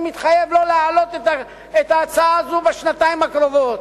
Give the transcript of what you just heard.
אני מתחייב לא להעלות את ההצעה הזאת בשנתיים הקרובות.